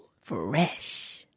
Fresh